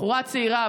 בחורה צעירה,